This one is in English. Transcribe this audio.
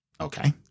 Okay